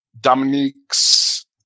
Dominique's